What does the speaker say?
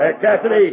Cassidy